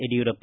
Yediyurappa